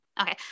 Okay